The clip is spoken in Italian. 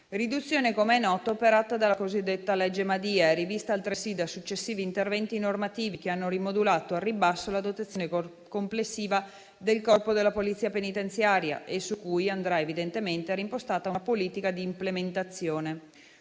riduzione, com'è noto, è stata operata dalla cosiddetta legge Madia e rivista altresì da successivi interventi normativi che hanno rimodulato al ribasso la dotazione complessiva del Corpo della polizia penitenziaria e su cui andrà evidentemente reimpostata una politica di implementazione.